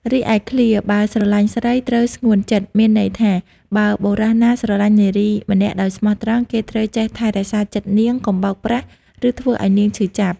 រីឯឃ្លា បើស្រឡាញ់ស្រី ត្រូវស្ងួនចិត្ត មានន័យថា បើបុរសណាស្រឡាញ់នារីម្នាក់ដោយស្មោះត្រង់ គេត្រូវចេះថែរក្សាចិត្តនាង កុំបោកប្រាស់ ឬធ្វើឱ្យនាងឈឺចាប់។